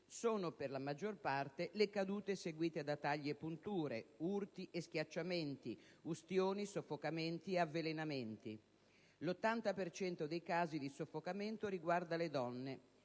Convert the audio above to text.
sono per la maggior parte le cadute seguite da tagli e punture, urti e schiacciamenti, ustioni, soffocamenti e avvelenamenti. L'80 per cento dei casi di soffocamento riguarda le donne,